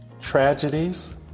tragedies